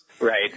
Right